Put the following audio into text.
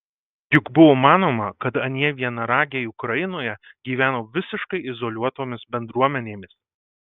juk buvo manoma kad anie vienaragiai ukrainoje gyveno visiškai izoliuotomis bendruomenėmis